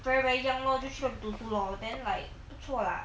very very young lor just road trip lor then like 不错啦